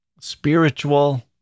spiritual